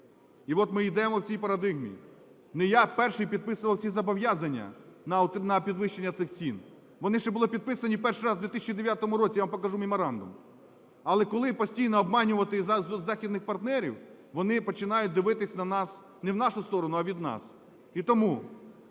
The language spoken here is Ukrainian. І от ми йдемо в цій парадигмі. Не я перший підписував ці зобов'язання на підвищення цих цін, вони ще були підписаний перший раз в 2009-у році, я вам покажу меморандум. Але, коли постійно обманювати західних партнерів, вони починають дивитись на нас, не в нашу сторону, а від нас.